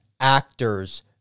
actors